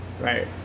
right